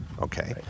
okay